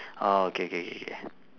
orh K K K K